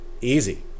Easy